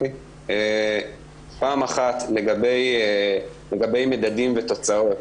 לגבי מדדים ותוצאות,